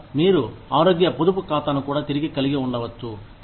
లేదా మీరు ఆరోగ్య పొదుపు ఖాతాను కూడా కలిగి ఉండవచ్చు